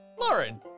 Lauren